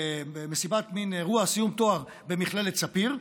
במעין מסיבה, אירוע סיום תואר במכללת ספיר.